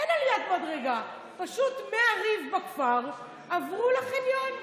אין עליית מדרגה, פשוט מהריב בכפר עברו לחניון.